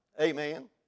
Amen